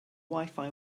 wifi